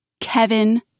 Kevin